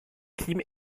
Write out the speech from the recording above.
kim